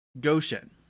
Goshen